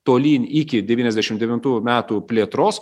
tolyn iki devyniasdešim devintų metų plėtros